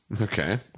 Okay